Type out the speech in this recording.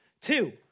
Two